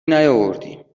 نیاوردیم